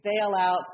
bailouts